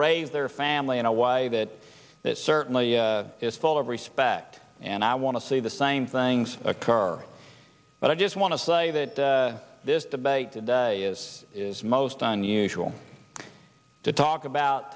raise their family in a way that it certainly is full of respect and i want to see the same things occur but i just want to say that this debate today is is most unusual to talk about